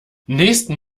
nächsten